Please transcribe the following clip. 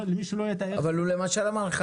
יודעים לעבוד יומם ולילה,